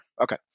Okay